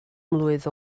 mlwydd